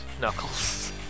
Knuckles